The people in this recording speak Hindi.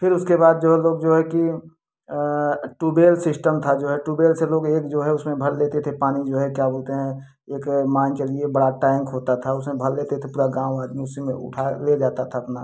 फिर उसके बाद जो है लोग जो है कि टूबेल सिस्टम था जो है टूबेल से लोग एक जो है उसमें भर लेते थे पानी जो है क्या बोलते हैं एक मान के चलिए बड़ा टैंक होता था उसमें भर लेते थे पूरा गाँव आदमी उसी में उठा ले जाता था अपना